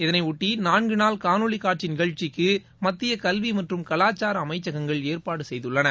இதனையொட்டி நான்கு நாள் காணொலி காட்சி நிகழ்ச்சிக்கு மத்திய கல்வி மற்றும் கலாசார அமைச்சகங்கள் ஏற்பாடு செய்துள்ளன